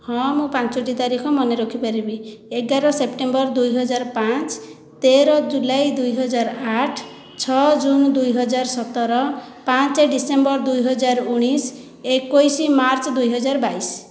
ହଁ ମୁଁ ପାଞ୍ଚଟି ତାରିଖ ମନେରଖିପାରିବି ଏଗାର ସେପ୍ଟେମ୍ବର ଦୁଇହଜାର ପାଞ୍ଚ ତେର ଜୁଲାଇ ଦୁଇହଜାର ଆଠ ଛଅ ଜୁନ୍ ଦୁଇହଜାର ସତର ପାଞ୍ଚ ଡିସେମ୍ବର ଦୁଇହଜାର ଉଣେଇଶ ଏକୋଇଶ ମାର୍ଚ୍ଚ ଦୁଇହଜାର ବାଇଶ